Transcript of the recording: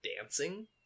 dancing